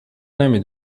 نمی